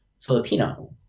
Filipino